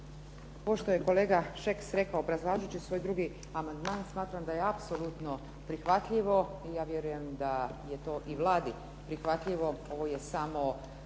Pošto je kolega Šeks rekao obrazlažući svoj drugi amandman smatram da je apsolutno prihvatljivo i ja vjerujem da je to i Vladi prihvatljivo. Ovo je samo